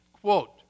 quote